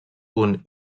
punt